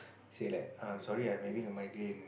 say like uh I'm sorry I'm having a migraine